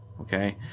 Okay